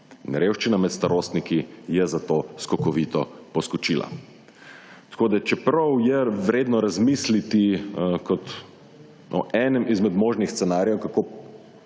revščina med starostniki je zato skokovito poskočila. Tako da, čeprav je vredno razmisliti kot o enem izmed možnih scenarijev, kako